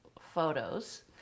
photos